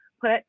put